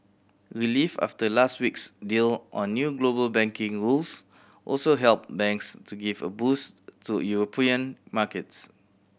relief after last week's deal on new global banking rules also helped banks to give a boost to European markets